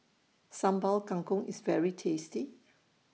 Sambal Kangkong IS very tasty